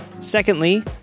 Secondly